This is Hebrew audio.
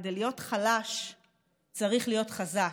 כדי להיות חלש צריך להיות חזק.